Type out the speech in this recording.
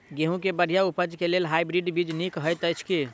गेंहूँ केँ बढ़िया उपज केँ लेल हाइब्रिड बीज नीक हएत अछि की?